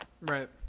Right